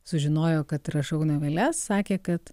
sužinojo kad rašau noveles sakė kad